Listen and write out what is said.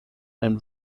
and